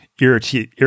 irritate